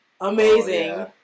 amazing